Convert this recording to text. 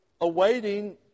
awaiting